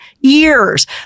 years